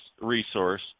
resource